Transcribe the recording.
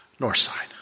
Northside